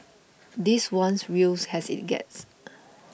this one's real has it gets